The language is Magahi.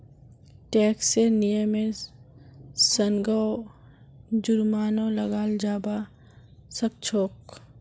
टैक्सेर नियमेर संगअ जुर्मानो लगाल जाबा सखछोक